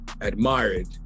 admired